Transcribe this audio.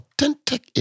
authentic